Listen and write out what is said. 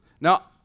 Now